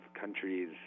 countries